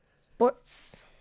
Sports